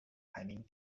排名